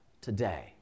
today